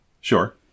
Sure